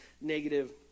negative